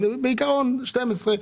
אבל בעיקרון, ב-12,